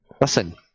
listen